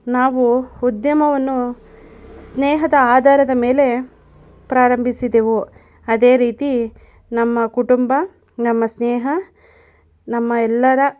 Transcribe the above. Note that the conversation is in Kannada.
ನಾವು ಉದ್ಯಮವನ್ನು ಸ್ನೇಹದ ಆಧಾರದ ಮೇಲೆ ಪ್ರಾರಂಭಿಸಿದೆವು ಅದೇ ರೀತಿ ನಮ್ಮ ಕುಟುಂಬ ನಮ್ಮ ಸ್ನೇಹ ನಮ್ಮ ಎಲ್ಲರ